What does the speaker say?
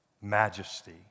Majesty